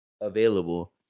available